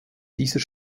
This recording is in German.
dieser